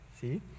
see